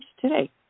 today